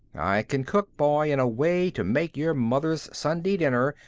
i can cook, boy, in a way to make your mother's sunday dinner,